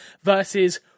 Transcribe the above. versus